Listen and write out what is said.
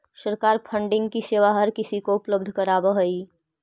सरकार फंडिंग की सेवा हर किसी को उपलब्ध करावअ हई